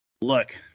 Look